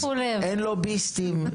אין לוביסטים,